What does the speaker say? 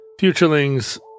Futurelings